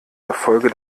erfolge